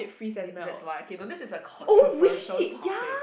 ya that's why okay you know this is a controversial topic